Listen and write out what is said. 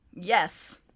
Yes